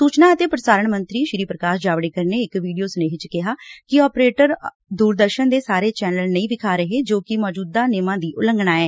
ਸੁਚਨਾ ਅਤੇ ਪ੍ਸਾਰਣ ਮੰਤਰੀ ਪ੍ਕਾਸ਼ ਜਾਵੜੇਕਰ ਨੇ ਇਕ ਵੀਡੀਓ ਸੁਨੇਹੇ ਚ ਕਿਹਾ ਕਿ ਆਪਰੇਟਰ ਦੁਰਦਰਸਨ ਦੇ ਸਾਰੇ ਚੈਨਲ ਨਹੀਂ ਵਿਖਾ ਰਹੇ ਜੋ ਕਿ ਮੌਜੁਦਾ ਨੇਮਾਂ ਦੀ ਉਲੰਘਣਾ ਐ